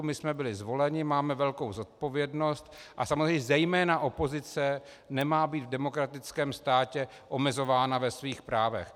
My jsme byli zvoleni, máme velkou zodpovědnost a samozřejmě zejména opozice nemá být v demokratickém státě omezována ve svých právech.